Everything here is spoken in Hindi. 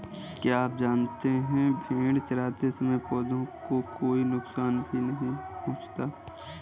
क्या आप जानते है भेड़ चरते समय पौधों को कोई नुकसान भी नहीं पहुँचाती